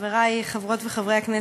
חברי חברות וחברי הכנסת,